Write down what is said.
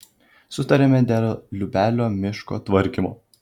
sutarėme dėl liubelio miško tvarkymo